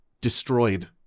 destroyed